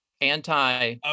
anti